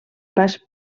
pas